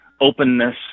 openness